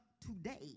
today